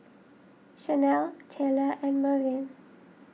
Shanell Taylor and Mervyn